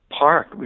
park